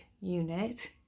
unit